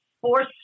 force